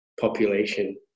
population